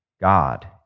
God